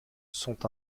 sont